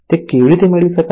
તે કેવી રીતે મેળવી શકાય